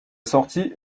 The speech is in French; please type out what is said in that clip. sortie